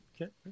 okay